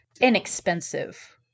inexpensive